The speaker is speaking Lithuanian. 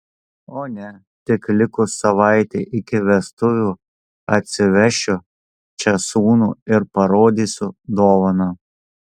o ne tik likus savaitei iki vestuvių atsivešiu čia sūnų ir parodysiu dovaną